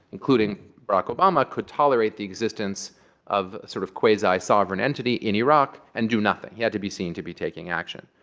including barack obama, could tolerate the existence of a sort of quasi-sovereign entity in iraq and do nothing. he had to be seen to be taking action.